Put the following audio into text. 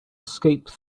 escape